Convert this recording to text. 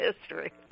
history